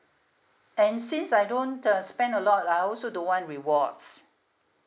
and since I don't uh spend a lot I also don't want rewards